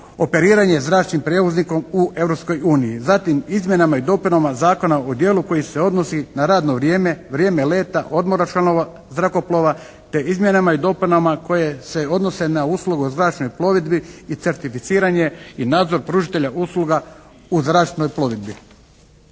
operiranje zračnim prijevoznikom u Europskom unijom, zatim izmjenama i dopunama zakona o dijelu koji se odnosi na radno vrijeme, vrijeme leta, odmora članova zrakoplova te izmjenama i dopunama koje se odnose na usluge o zračnoj plovidbi i certificiranje i nadzor pružitelja usluga u zračnoj plovidbi.